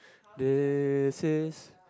they says